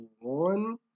one